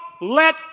let